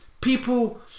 people